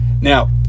Now